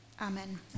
amen